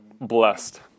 Blessed